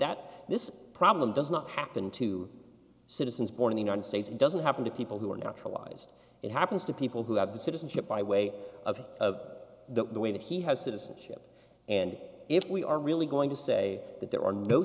that this problem does not happen to citizens born in the united states it doesn't happen to people who are naturalized it happens to people who have the citizenship by way of the way that he has citizenship and if we are really going to say that there are no